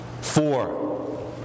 Four